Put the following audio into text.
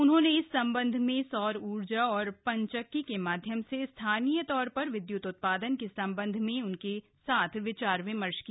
उन्होंने इस सम्बन्ध में सौर ऊर्जा और पंचक्की के माध्यम से स्थानीय तौर पर विद्य्त उत्पादन के सम्बन्ध में उनके साथ विचार विमर्श किया